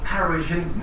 Parisian